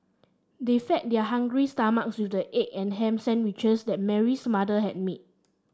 they fed their hungry stomachs with the egg and ham sandwiches that Mary's mother had made